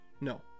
No